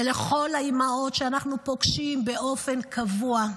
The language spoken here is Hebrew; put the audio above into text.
ולאחד את פעם סביב מטרה אנושית אחת,